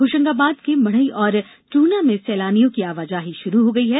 होशंगाबाद जिले के मढ़ई और चूरना में सैलानियों की आवाजाही शुरू हो गई है